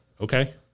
okay